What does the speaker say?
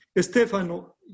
Stefano